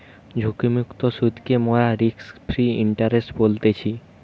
ঝুঁকিমুক্ত সুদকে মোরা রিস্ক ফ্রি ইন্টারেস্ট বলতেছি